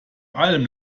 allem